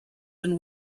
and